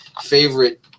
favorite